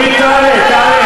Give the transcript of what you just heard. אומרים לי: תעלה, תעלה.